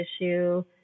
issue